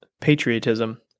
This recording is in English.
patriotism